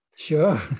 sure